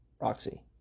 Roxy